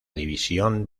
división